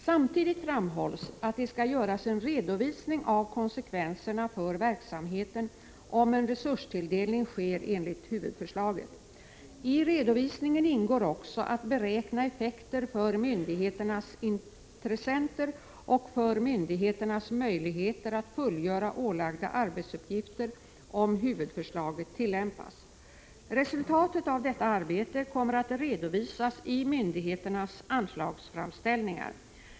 Samtidigt framhålls att det skall göras en redovisning av konsekvenserna för verksamheten om en resurstilldelning sker enligt huvudförslaget. I redovisningen ingår också att beräkna effekter för myndigheternas intressenter och för myndigheternas möjligheter att fullgöra ålagda arbetsuppgifter om huvudförslaget tillämpas. Resultatet av detta arbete kommer att redovisas i myndigheternas anslagsframställningar.